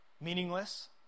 meaningless